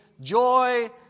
joy